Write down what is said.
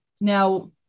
Now